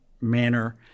manner